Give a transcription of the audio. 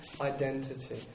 identity